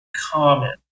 common